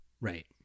Right